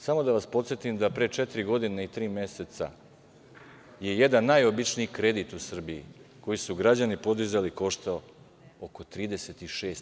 Samo da vas podsetim da pre četiri godine i tri meseca je jedan najobičniji kredit u Srbiji koji su građani podizali koštao oko 36%